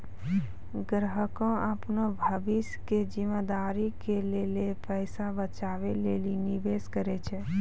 ग्राहकें अपनो भविष्य के जिम्मेदारी के लेल पैसा बचाबै लेली निवेश करै छै